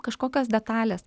kažkokios detalės